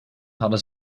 hadden